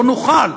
לא נוכל.